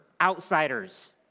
outsiders